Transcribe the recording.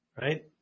right